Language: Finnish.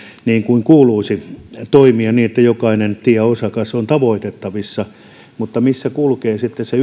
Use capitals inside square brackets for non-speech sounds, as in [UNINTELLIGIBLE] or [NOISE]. niin kuin kuuluisi toimia niin että jokainen tieosakas on tavoitettavissa mutta missä kulkee sitten se [UNINTELLIGIBLE]